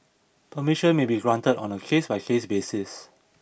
permission may be granted on a case by case basis